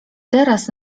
teraz